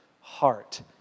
heart